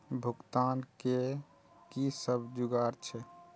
भुगतान के कि सब जुगार छे?